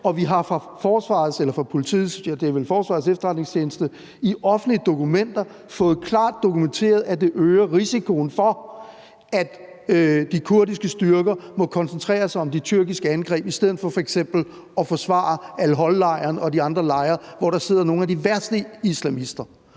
og vi har fra Forsvarets Efterretningstjenestes side i offentlige dokumenter fået klart dokumenteret, at det øger risikoen for, at de kurdiske styrker må koncentrere sig om de tyrkiske angreb i stedet for f.eks. at forsvare al-Hol-lejren og de andre lejre, hvor der sidder nogle af de værste islamister.